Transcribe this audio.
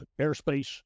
airspace